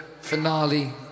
finale